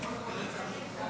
גם ביציע, כל הצלמים המכובדים